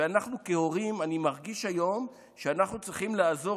ואני מרגיש שכהורים אנחנו צריכים לעזור